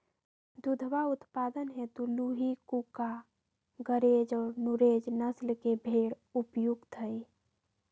दुधवा उत्पादन हेतु लूही, कूका, गरेज और नुरेज नस्ल के भेंड़ उपयुक्त हई